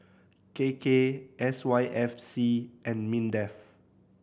K K S Y F C and MINDEF